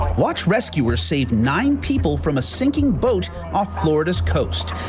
watch rescuer saved nine people from a sinking boat off florida's coast.